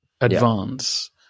advance